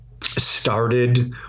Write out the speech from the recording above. started